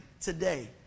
today